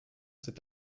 cet